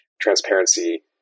transparency